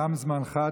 תם זמנך.